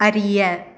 அறிய